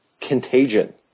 Contagion